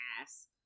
ass